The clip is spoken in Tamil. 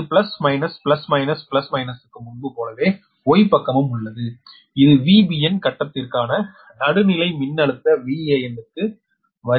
இது plus minus plus minus plus மைனஸுக்கு முன்பு போலவே Y பக்கமும் உள்ளது இது VBn கட்டத்திற்கான நடுநிலை மின்னழுத்த VAn க்கு வரி இது VCn ஆகும்